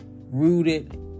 rooted